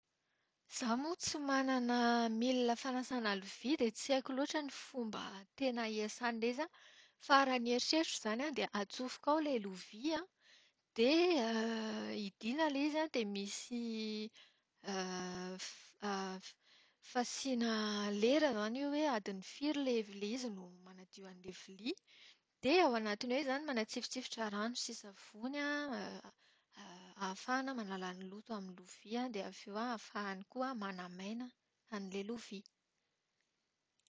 Izaho moa tsy manana milina fanasana lovia dia tsy haiko loatra ny fomba teny iasàn'ilay izy an. Fa raha ny eritreritro izany an, dia atsofoka ao ilay lovia, dia idiana ilay izy dia misy f- f- fasiana lera izany eo hoe adiny firy ilay ilay izy no manadio an'ilay vilia, dia ao anatin'io izy izany no manatsifitsifitra ny rano sy savony ahafahana manala ny loto amin'ny lovia dia avy eo ahafahany koa manamaina an'ilay lovia.